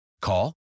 Call